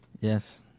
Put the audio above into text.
yes